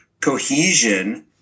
Cohesion